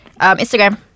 Instagram